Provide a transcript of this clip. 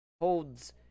holds